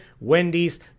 Wendy's